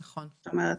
זאת אומרת,